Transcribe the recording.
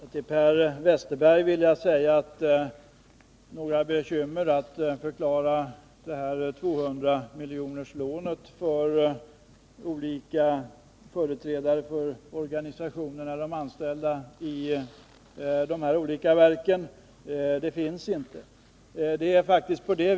Fru talman! Jag vill försäkra Per Westerberg att det inte föreligger några bekymmer när det gäller att förklara 200-miljonerlånet för företrädarna för de anställdas organisationer i de olika verken.